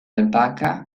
albahaca